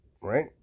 right